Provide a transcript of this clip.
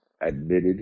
admitted